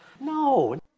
no